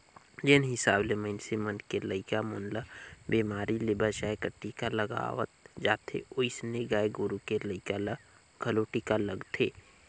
जेन हिसाब ले मनइसे मन के लइका मन ल बेमारी ले बचाय बर टीका लगवाल जाथे ओइसने गाय गोरु के लइका ल घलो टीका लगथे